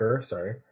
sorry